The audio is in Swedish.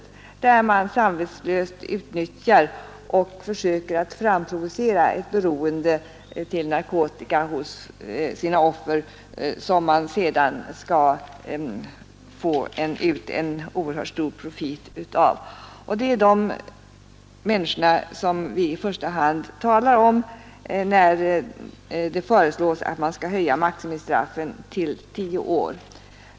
Man utnyttjar där samvetslöst och försöker framprovocera ett narkotikaberoende hos sina offer som man sedan skall få ut en oerhört stor profit av. Det är dessa människor som vi i första hand talar om, när det föreslås att man skall höja maximistraffet till tio år.